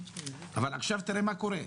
אבל עכשיו תראה מה קורה.